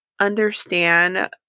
understand